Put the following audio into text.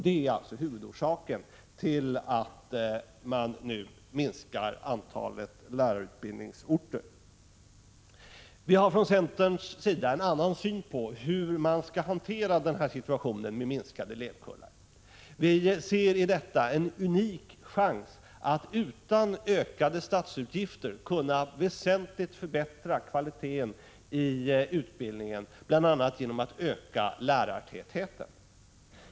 Det är huvudorsaken till att regeringen nu vill minska antalet lärarutbildningsorter. Från centerns sida har vi en annan syn på hur man skall hantera den situation som uppstått genom minskade elevkullar. Vi ser i detta en unik chans att utan ökade statsutgifter väsentligt förbättra kvaliteten i utbildningen, bl.a. genom att öka lärartätheten.